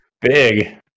big